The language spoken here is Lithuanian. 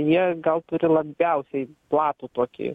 jie gal turi labiausiai platų tokį